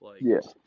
Yes